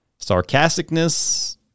sarcasticness